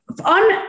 on